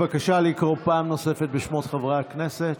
בבקשה לקרוא פעם נוספת בשמות חברי הכנסת.